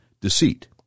deceit